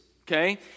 Okay